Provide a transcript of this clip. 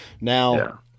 Now